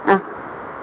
ஆ